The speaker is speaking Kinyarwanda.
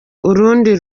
urundi